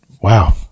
wow